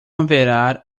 haverá